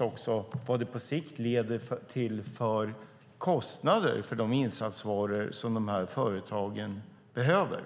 också vad det på sikt leder till för kostnader för de insatsvaror som de här företagen behöver.